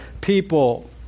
people